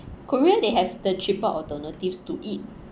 korea they have the cheaper alternatives to eat